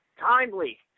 Timely